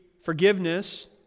forgiveness